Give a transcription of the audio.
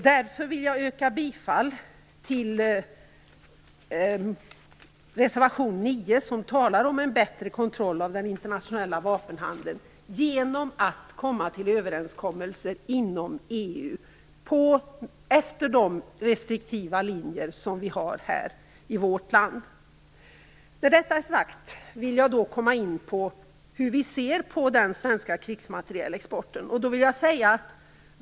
Därför yrkar jag bifall till reservation 9 om en bättre kontroll av den internationella vapenhandeln genom överenskommelse inom EU efter de restriktiva linjer som vi har i vårt land. När detta är sagt vill jag komma in på hur vi ser på den svenska krigsmaterielexporten.